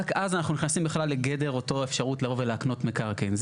רק אז אנחנו נכנסים בכלל לגדר אותה אפשרות לבוא ולהקנות מקרקעין.